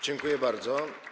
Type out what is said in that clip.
Dziękuję bardzo.